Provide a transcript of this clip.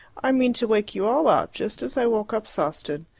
i mean to wake you all up, just as i woke up sawston.